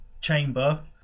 chamber